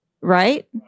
Right